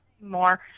more